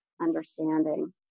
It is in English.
understanding